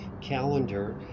calendar